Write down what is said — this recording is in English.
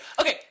Okay